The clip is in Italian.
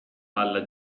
palla